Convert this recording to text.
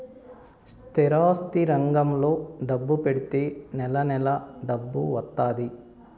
స్థిరాస్తి రంగంలో డబ్బు పెడితే నెల నెలా డబ్బు వత్తాది